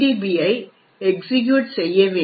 B I executable செய்ய வேண்டும்